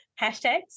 hashtags